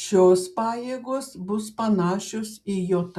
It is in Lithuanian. šios pajėgos bus panašios į jav